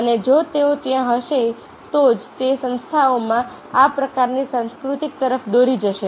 અને જો તેઓ ત્યાં હશે તો જ તે સંસ્થાઓમાં આ પ્રકારની સંસ્કૃતિ તરફ દોરી જશે